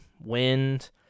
wind